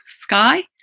Sky